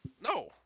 No